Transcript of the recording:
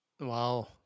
wow